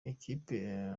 ikipe